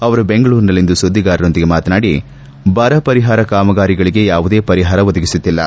ಅವರು ಬೆಂಗಳೂರಿನಲ್ಲಿಂದು ಸುದ್ಗಿಗಾರರೊಂದಿಗೆ ಮಾತನಾಡಿ ಬರ ಪರಿಹಾರ ಕಾಮಗಾರಿಗಳಿಗೆ ಯಾವುದೇ ಪರಿಹಾರ ಒದಗಿಸುತ್ತಿಲ್ಲ